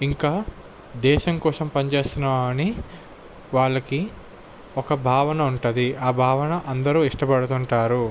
ఇంకా దేశం కోసం పనిచేస్తున్నామని వాళ్ళకి ఒక భావన ఉంటుంది ఆ భావన అందరూ ఇష్టపడుతుంటారు